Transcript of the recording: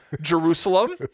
jerusalem